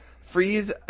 Freeze